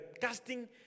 casting